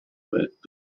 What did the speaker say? petto